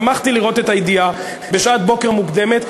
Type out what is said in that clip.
שמחתי לראות את הידיעה בשעת בוקר מוקדמת,